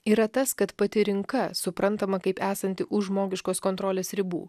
yra tas kad pati rinka suprantama kaip esanti už žmogiškos kontrolės ribų